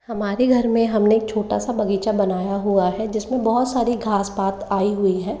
हमारे घर में हमने एक छोटा सा बगीचा बनाया हुआ है जिसमें बहुत सारी घास पात आई हुई है